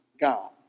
God